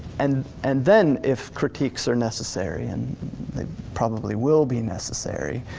and and then if critiques are necessary, and they probably will be necessary,